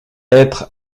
être